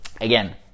Again